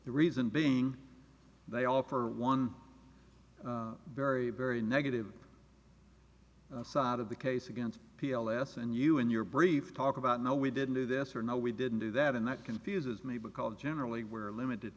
the reason being they all for one very very negative side of the case against p l s and you and your brief talk about no we didn't do this or no we didn't do that and that confuses me because generally we're limited